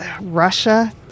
russia